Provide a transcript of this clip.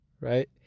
right